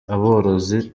aborozi